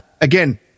Again